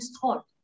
thought